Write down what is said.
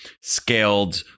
scaled